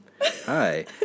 Hi